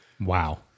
Wow